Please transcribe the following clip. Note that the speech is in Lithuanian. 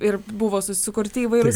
ir buvo susikurti įvairūs